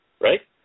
Right